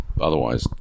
Otherwise